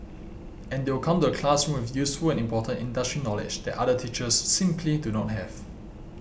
and they will come to the classroom with useful and important industry knowledge that other teachers simply do not have